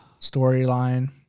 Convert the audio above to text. storyline